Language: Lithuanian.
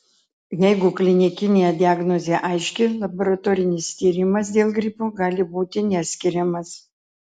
jeigu klinikinė diagnozė aiški laboratorinis tyrimas dėl gripo gali būti neskiriamas